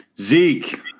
Zeke